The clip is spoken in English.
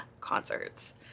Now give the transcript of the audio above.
concerts